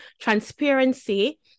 Transparency